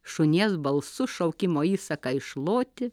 šunies balsu šaukimo įsaką išloti